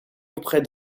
auprès